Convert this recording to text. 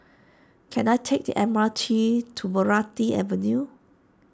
can I take the M R T to Meranti Avenue